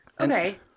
Okay